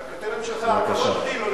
בבקשה.